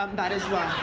um that as well.